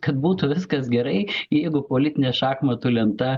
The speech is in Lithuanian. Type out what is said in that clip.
kad būtų viskas gerai jeigu politinė šachmatų lenta